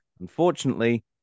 Unfortunately